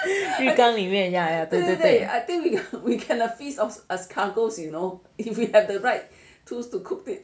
浴缸里面对对对 ya